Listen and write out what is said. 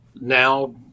now